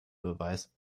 beweis